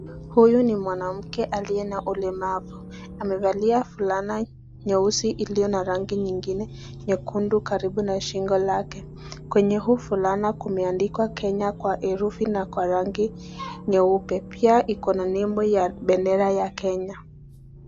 Huyu ni mwanamke aliye na ulemavu, amevalia fulana nyeusi iliyo na rangi nyingine nyekundu karibu na shingo lake. Kwenye huu fulana kumeandikwa Kenya kwa herufi na kwa rangi nyeupe. Pia iko na nembo ya bendera ya Kenya.